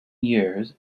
years